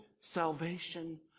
salvation